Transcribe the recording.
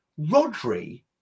Rodri